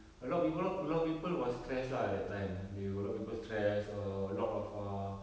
a lot of pe~ a lot of people was stressed lah that time they a lot of people stressed err a lot of uh